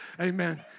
Amen